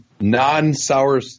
non-Sour